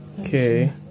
Okay